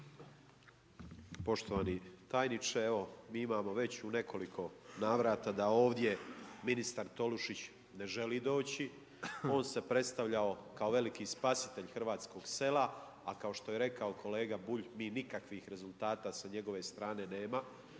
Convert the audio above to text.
Poštovani tajniče, evo mi imamo već u nekoliko navrata da ovdje ministar Tolušić ne želi doći, on se predstavljao kao veliki spasitelj hrvatskog sela a kao što je rekao kolega Bulj, mi nikakvih rezultata sa njegove strane nemamo,